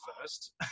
first